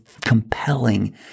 compelling